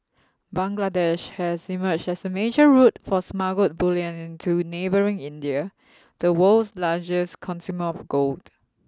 Bangladesh has emerged as a major route for smuggled bullion into neighbouring India the world's largest consumer of gold